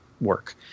work